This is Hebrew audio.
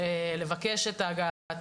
לאשרת התייר,